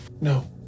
No